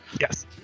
Yes